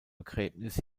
begräbnis